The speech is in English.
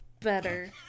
better